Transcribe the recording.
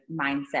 mindset